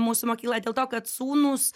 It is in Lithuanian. mūsų mokyklą dėl to kad sūnūs